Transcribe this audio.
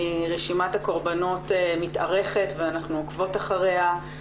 רשימת הקורבנות מתארכת ואנחנו עוקבות אחריה,